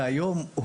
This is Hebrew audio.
שגם נמצא כאן היום,